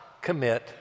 commit